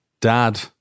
dad